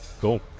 cool